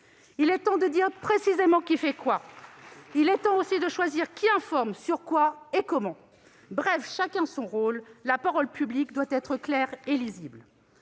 Il est temps de dire précisément qui fait quoi. Il est temps aussi de choisir qui informe, sur quoi, et comment. Bref, chacun son rôle : la parole publique doit être claire et lisible.